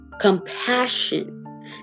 Compassion